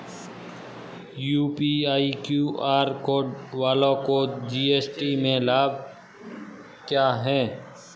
UPI QR code वालों को GST में लाभ क्या है?